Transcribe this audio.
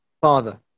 Father